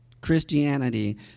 Christianity